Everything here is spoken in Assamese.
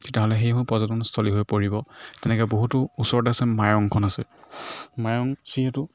তেনেহ'লে সেইসমূহ পৰ্যটনস্থলী হৈ পৰিব তেনেকৈ বহুতো ওচৰতে আছে মায়ংখন আছে মায়ং যিহেতু